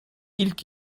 ilk